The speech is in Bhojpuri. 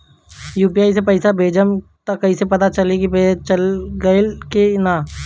यू.पी.आई से पइसा भेजम त कइसे पता चलि की चल गेल बा की न?